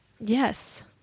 Yes